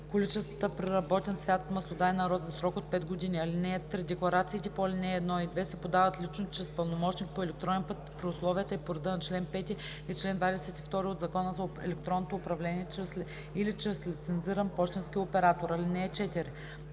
количествата преработен цвят от маслодайна роза за срок 5 години. (3) Декларациите по ал. 1 и 2 се подават лично, чрез пълномощник, по електронен път при условията и по реда на чл. 5 и чл. 22 от Закона за електронното управление или чрез лицензиран пощенски оператор. (4)